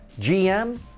GM